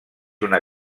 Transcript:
una